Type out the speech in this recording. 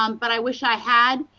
um but i wish i had,